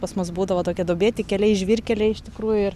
pas mus būdavo tokie duobėti keliai žvyrkeliai iš tikrųjų ir